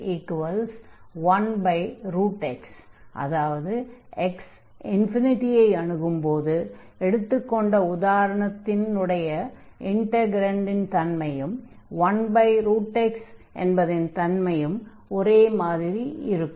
x ∞ ஐ அணுகும்போது எடுத்துக் கொண்ட உதாரணத்தின் இன்டக்ரன்டனுடைய தன்மையும் 1x என்பதின் தன்மையும் ஒரே மாதிரி இருக்கும்